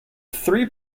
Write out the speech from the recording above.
three